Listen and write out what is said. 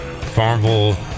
Farmville